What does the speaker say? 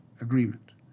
agreement